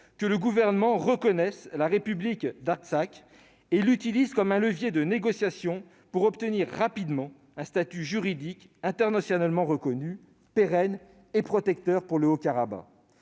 que le Gouvernement reconnaisse la République d'Artsakh et utilise cette reconnaissance comme un levier de négociation pour obtenir rapidement un statut juridique internationalement reconnu, pérenne et protecteur pour le Haut-Karabagh.